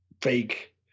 fake